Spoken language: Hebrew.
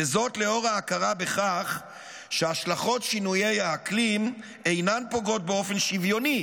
וזאת לאור ההכרה בכך שהשלכות שינויי האקלים אינן פוגעות באופן שוויוני